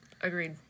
agreed